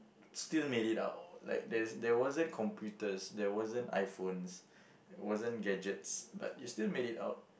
still made it out like there there wasn't computers there wasn't iPhones wasn't gadgets but you still made it out